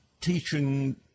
teaching